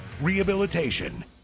rehabilitation